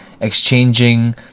exchanging